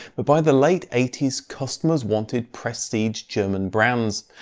but by the late eighty s customers wanted prestige german brands,